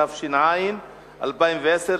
התש"ע 2010,